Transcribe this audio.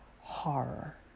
horror